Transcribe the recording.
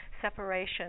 separation